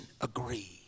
agree